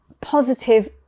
positive